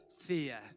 fear